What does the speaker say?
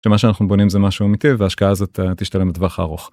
מה שאנחנו בונים זה משהו אמיתי, אז ההשקעה הזו תשתלם בטווח הארוך.